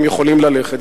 הם יכולים ללכת.